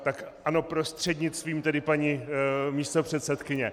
Tak ano, prostřednictvím paní místopředsedkyně.